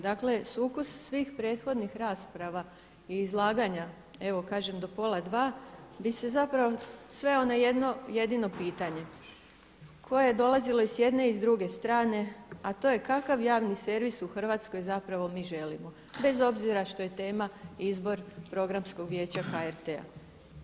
Dakle sukus svih prethodnih rasprava i izlaganja evo kažem do pola dva bi se sveo na jedno jedino pitanje koje je dolazilo i s jedne i s druge strane, a to je kakav javni servis u Hrvatskoj zapravo mi želimo bez obzira što je tema izbor Programskog vijeća HRT-a.